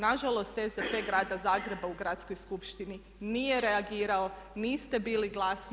Nažalost SDP grada Zagreba u gradskoj skupštini nije reagirao, niste bili glasni.